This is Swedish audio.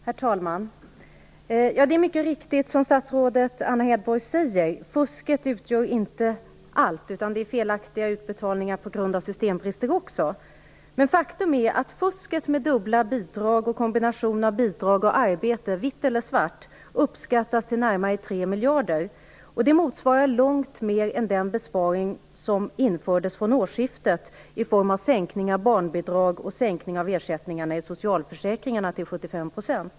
Herr talman! Det är mycket riktigt, som statsrådet Anna Hedborg säger, att fusket inte utgör allt. Det görs också felaktiga utbetalningar på grund av systembrister. Men faktum är att fusket med dubbla bidrag och kombinationen av bidrag och arbete, vitt eller svart, uppskattas till närmare 3 miljarder. Det motsvarar långt mer än den besparing som infördes från årsskiftet i form av sänkning av barnbidrag och sänkning av ersättningarna i socialförsäkringarna till 75%.